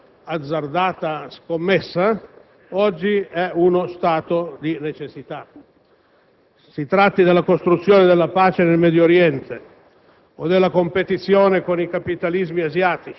Europea, che 50 anni fa era un'azzardata scommessa, oggi è uno stato di necessità. Si tratti della costruzione della pace nel Medio Oriente,